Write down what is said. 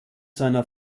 seiner